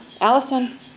Allison